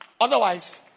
Otherwise